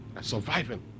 surviving